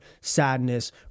sadness